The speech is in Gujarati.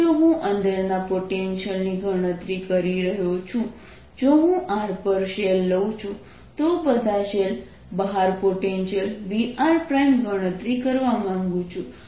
હવે જો હું અંદરના પોટેન્શિયલની ગણતરી કરી રહ્યો છું જો હું r પર શેલ લઉં તો હું બધા શેલ બહાર પોટેન્શિયલ Vrગણતરી કરવા માંગું છું